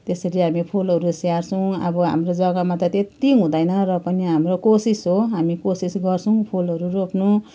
त्यसरी हामी फुलहरू स्याहार छौँ अब हाम्रो जगामा त त्यति हुँदैन र पनि हाम्रो कोसिस हो हामी कोसिस गर्छौँ फुलहरू रोप्नु